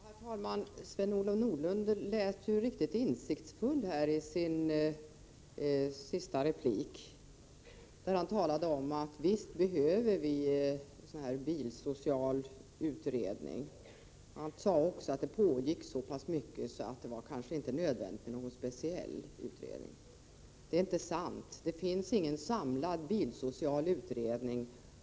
Herr talman! Sven-Olof Nordlund lät ju riktigt insiktsfull i sitt senaste inlägg, där han sade att visst behöver vi en sådan här bilsocial utredning. Han sade också att det pågick så pass mycket av utredningar att det kanske inte var nödvändigt med någon speciell utredning. Det är inte sant — det finns ingen samlad bilsocial utredning.